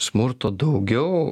smurto daugiau